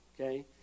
okay